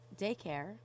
daycare